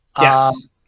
Yes